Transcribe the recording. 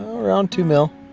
around two mil.